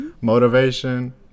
Motivation